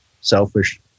selfish